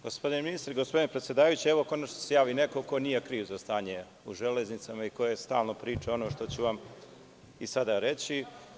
Gospodine ministre, gospodine predsedavajući, evo konačno da se javi neko ko nije kriv za stanje u železnicama i koji stalno priča ono što ću vam i sada reći.